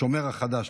השומר החדש,